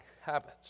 habits